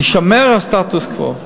יישמר הסטטוס-קוו.